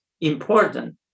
important